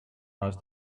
asked